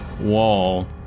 wall